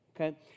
Okay